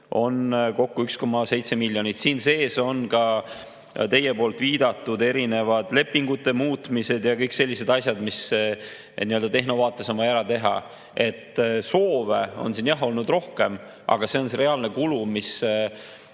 on kokku 1,7 miljonit. Siin sees on ka teie viidatud erinevad lepingute muutmised ja kõik sellised asjad, mis nii-öelda tehnovaates on vaja ära teha. Soove on jah olnud rohkem, aga see on reaalne kulu,